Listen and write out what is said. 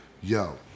Yo